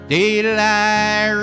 Daylight